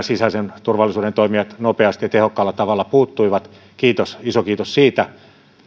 sisäisen turvallisuutemme toimijat nopeasti ja tehokkaalla tavalla puuttuivat iso kiitos siitä